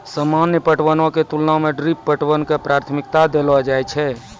सामान्य पटवनो के तुलना मे ड्रिप पटवन के प्राथमिकता देलो जाय छै